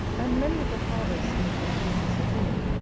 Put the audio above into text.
and many of the fathers seem to approve this opinion,